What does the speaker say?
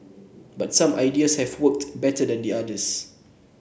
but some ideas have worked better than the others